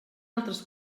altres